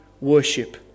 worship